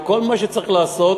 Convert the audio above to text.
וכל מה שצריך לעשות,